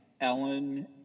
Ellen